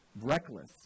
reckless